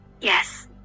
Yes